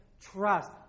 trust